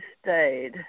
stayed